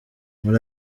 muri